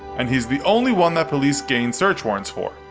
and he's the only one that police gained search warrants for.